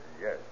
yes